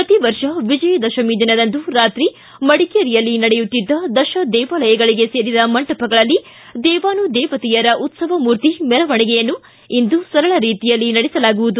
ಪ್ರತೀ ವರ್ಷ ವಿಜಯದಶಮಿ ದಿನದಂದು ರಾತ್ರಿ ಮಡಿಕೇರಿಯಲ್ಲಿ ನಡೆಯುತ್ತಿದ್ದ ದಶದೇವಾಲಯಗಳಿಗೆ ಸೇರಿದ ಮಂಟಪಗಳಲ್ಲಿ ದೇವಾನುದೇವತೆಯರ ಉತ್ಪವಮೂರ್ತಿ ಮೆರವಣಿಗೆಯನ್ನೂ ಇಂದು ಸರಳ ರೀತಿಯಲ್ಲಿ ನಡೆಸಲಾಗುವುದು